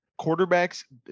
Quarterbacks